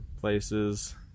places